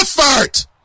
Effort